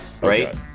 right